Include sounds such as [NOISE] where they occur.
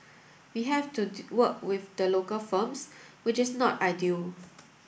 we have to [UNINTELLIGIBLE] work with the local firms which is not ideal